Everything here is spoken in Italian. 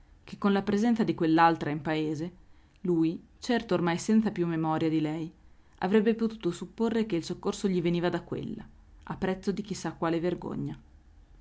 che con la presenza di quell'altra in paese lui certo ormai senza più memoria di lei avrebbe potuto supporre che il soccorso gli veniva da quella a prezzo di chi sa quale vergogna